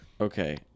Okay